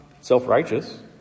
self-righteous